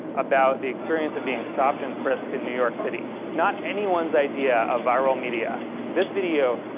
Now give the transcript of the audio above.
about the experience of being stopped and frisked in new york city not anyone's idea of viral media this video,